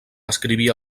escrivia